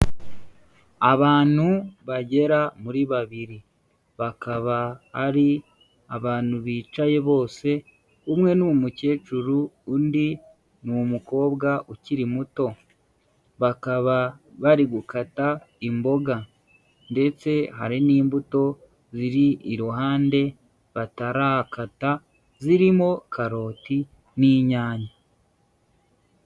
Abantu bagera muri babiri, bakaba ari abantu bicaye bose, umwe ni umukecuru, undi ni umukobwa ukiri muto bakaba bari gukata imboga ndetse hari n'imbuto ziri iruhande batarakata, zirimo karoti n'inyanya.